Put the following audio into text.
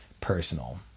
personal